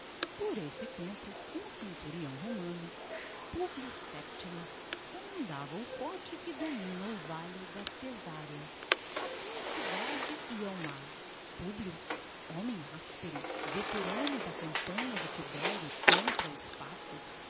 por esse tempo um centurião romano públio sétimo comandava o forte que domina o vale de cesareia até à cidade e ao mar públio homem áspero veterano da campanha de tibério contra os partos